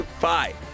Bye